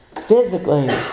physically